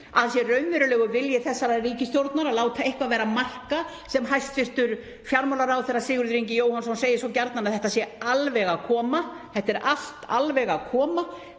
það sé raunverulegur vilji þessarar ríkisstjórnar að láta eitthvað að vera að marka sem hæstv. fjármálaráðherra, Sigurður Ingi Jóhannsson, segir svo gjarnan, að þetta sé alveg að koma. Þetta er allt alveg að koma.